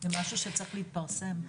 זה משהו שצריך להתפרסם.